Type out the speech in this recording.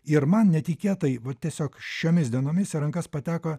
ir man netikėtai vat tiesiog šiomis dienomis į rankas pateko